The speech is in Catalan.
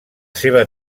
seva